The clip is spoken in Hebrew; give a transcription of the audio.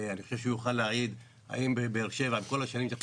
אני חושב שהוא יכול להעיד אם בבאר שבע בכל השנים שאנחנו